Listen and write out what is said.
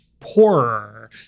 Poorer